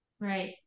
right